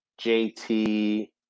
JT